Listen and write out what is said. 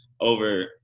over